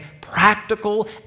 practical